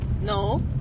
no